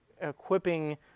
equipping